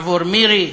עבור מירי?